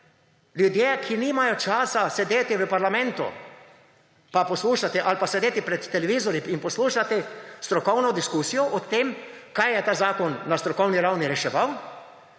Ljudje, ki nimajo časa sedeti v parlamentu pa poslušati ali pa sedeti pred televizorji in poslušati strokovno diskusijo o tem, kaj je ta zakon na strokovni ravni reševal,